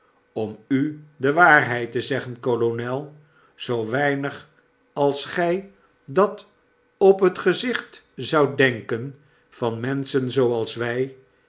om u de waarheid te zeggen kolonel zoo weinigalsgy dat op t gezicht zoudt denken van menschen zooals wy